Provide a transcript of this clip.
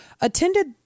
attended